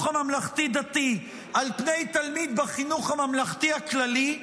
הממלכתי-דתי על פני תלמיד בחינוך הממלכתי הכללי,